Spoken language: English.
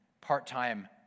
part-time